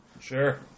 Sure